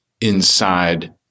inside